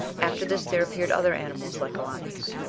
after this there appeared other animals like oannes.